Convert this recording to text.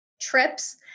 trips